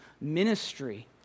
ministry